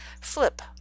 Flip